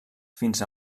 fins